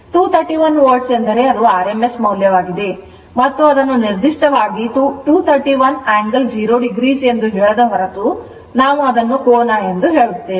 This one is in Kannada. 231 volt ಎಂದರೆ ಅದು rms ಮೌಲ್ಯವಾಗಿದೆ ಮತ್ತು ಅದನ್ನು ನಿರ್ದಿಷ್ಟವಾಗಿ 231 angle 0o ಎಂದು ಹೇಳದ ಹೊರತು ನಾವು ಅದನ್ನು ಕೋನ ಎಂದು ಹೇಳುತ್ತೇವೆ